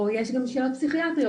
או יש גם שאלות פסיכיאטריות,